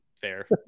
fair